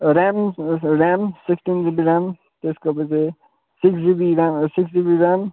RAM RAM sixteen GB RAM त्यसको पछि six GB RAM six GB RAM